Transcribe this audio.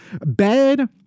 bed